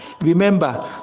Remember